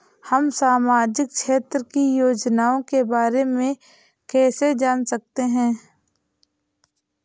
हम सामाजिक क्षेत्र की योजनाओं के बारे में कैसे जान सकते हैं?